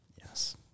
Yes